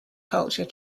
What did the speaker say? culture